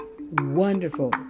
Wonderful